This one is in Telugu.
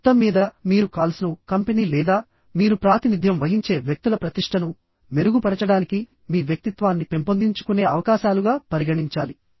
మొత్తంమీద మీరు కాల్స్ను కంపెనీ లేదా మీరు ప్రాతినిధ్యం వహించే వ్యక్తుల ప్రతిష్టను మెరుగుపరచడానికి మీ వ్యక్తిత్వాన్ని పెంపొందించుకునే అవకాశాలుగా పరిగణించాలి